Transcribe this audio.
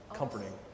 comforting